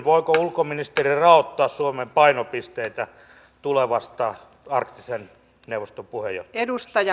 voiko ulkoministeri raottaa suomen painopisteitä tulevasta arktisen neuvoston puheenjohtajuudesta